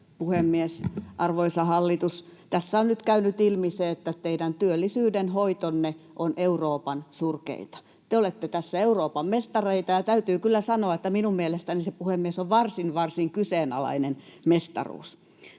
puhemies! Arvoisa hallitus, tässä on nyt käynyt ilmi se, että teidän työllisyyden hoitonne on Euroopan surkeinta. Te olette tässä Euroopan mestareita, ja täytyy kyllä sanoa, että minun mielestäni se, puhemies, on varsin, varsin kyseenalainen mestaruus.